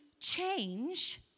change